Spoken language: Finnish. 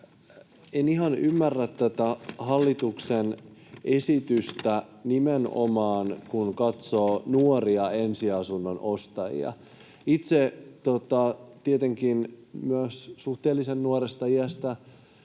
en ihan ymmärrä tätä hallituksen esitystä, nimenomaan kun katsoo nuoria ensiasunnon ostajia. Itse tietenkin myös suhteellisen nuoresta iästäni